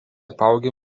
apaugę